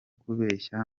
kubeshya